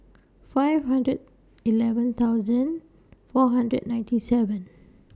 five hundred eleven thousand four hundred ninety seven